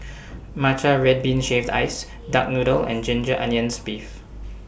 Matcha Red Bean Shaved Ice Duck Noodle and Ginger Onions Beef